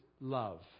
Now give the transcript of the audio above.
love